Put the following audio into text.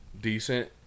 decent